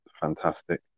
fantastic